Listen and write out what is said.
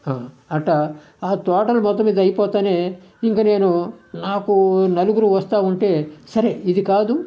అట్టా ఆ తోటలు మొత్తం ఇదయిపోతానే ఇంక నేను నాకు నలుగురూ వస్తూవుంటే సరే ఇది కాదు